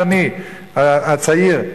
אדוני הצעיר?